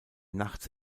nachts